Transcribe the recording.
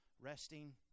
resting